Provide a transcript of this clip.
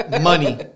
money